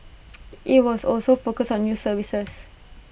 IT was also focus on new services